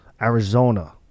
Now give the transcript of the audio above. Arizona